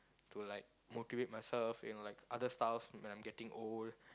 to like motivate myself in like other stuff when I'm getting old